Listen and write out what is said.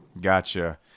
Gotcha